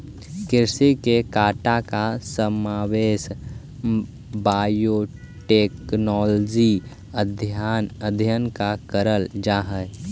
कृषि के डाटा का समावेश बायोटेक्नोलॉजिकल अध्ययन ला करल जा हई